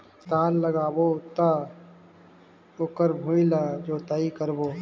पातल लगाबो त ओकर भुईं ला जोतई करबो?